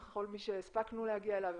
לכל מי שהספקנו להגיע אליו,